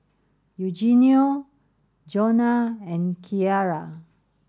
Eugenio Johnna and Keara